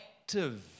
active